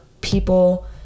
people